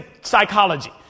psychology